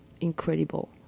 incredible